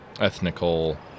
ethnical